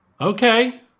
Okay